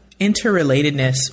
interrelatedness